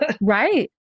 Right